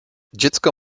dziecko